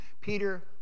Peter